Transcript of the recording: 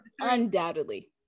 undoubtedly